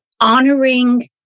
honoring